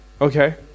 Okay